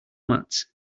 mats